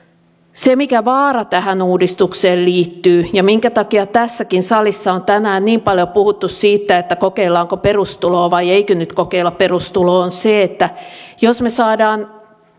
se mikä vaara tähän uudistukseen liittyy ja minkä takia tässäkin salissa on tänään niin paljon puhuttu siitä kokeillaanko perustuloa vai eikö nyt kokeilla perustuloa on se että jos me saamme